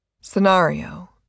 scenario